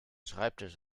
schreibtisch